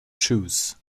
choose